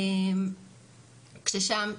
כששם,